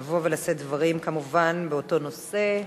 לבוא ולשאת דברים, כמובן באותו נושא,